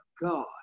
God